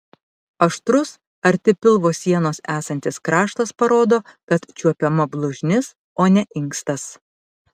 aštrus arti pilvo sienos esantis kraštas parodo kad čiuopiama blužnis o ne inkstas